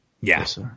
Yes